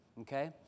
okay